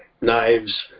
knives